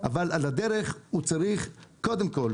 אבל על הדרך הוא צריך קודם כל,